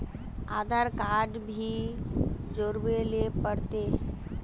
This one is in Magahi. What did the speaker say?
आधार कार्ड भी जोरबे ले पड़ते?